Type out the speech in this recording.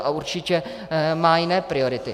A určitě má jiné priority.